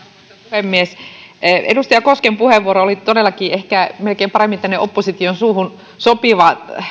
puhemies edustaja kosken puheenvuoro ehkä todellakin oli melkein paremmin tänne opposition suuhun sopiva